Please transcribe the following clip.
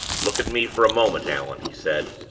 look at me for a moment, allan, he said.